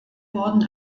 wurden